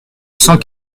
cent